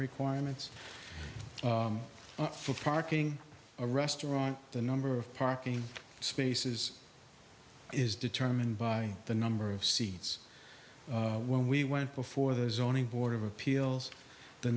requirements for parking a restaurant the number of parking spaces is determined by the number of seats when we went before the zoning board of appeals the